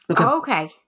Okay